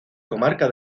comarca